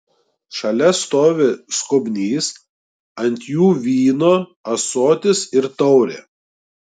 šalia stovi skobnys ant jų vyno ąsotis ir taurė